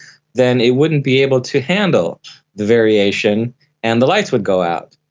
then it wouldn't be able to handle variation and the lights would go out.